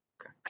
Okay